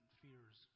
fears